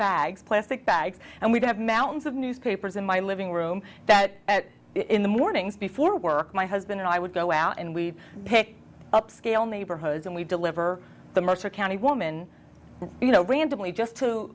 bags plastic bags and we have mountains of newspapers in my living room that in the mornings before work my husband and i would go out and we pick upscale neighborhoods and we deliver the mercer county woman you know randomly just to